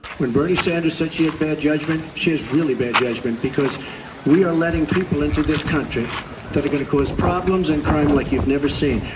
when bernie sanders said she had bad judgment, she has really bad judgement because we are letting people into this country that are gonna cause problems and crime like you've never seen.